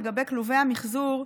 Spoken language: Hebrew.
לגבי כלובי המחזור,